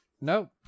Nope